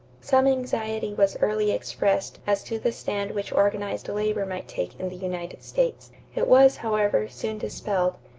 some anxiety was early expressed as to the stand which organized labor might take in the united states. it was, however, soon dispelled.